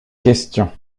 question